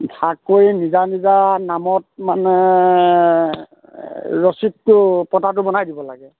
ভাগ কৰি নিজা নিজা নামত মানে ৰচিদটো পটাটো বনাই দিব লাগে